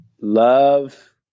love